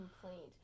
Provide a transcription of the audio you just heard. complaint